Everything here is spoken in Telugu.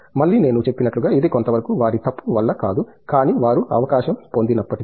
మళ్ళీ నేను చెప్పినట్లుగా ఇది కొంతవరకు వారి తప్పు వల్ల కాదు కానీ వారు అవకాశం పొందినప్పటికీ